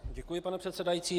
Děkuji, pane předsedající.